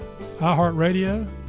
iHeartRadio